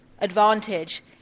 advantage